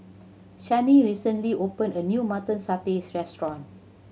Shani recently opened a new Mutton Satay restaurant